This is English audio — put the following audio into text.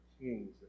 kings